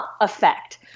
effect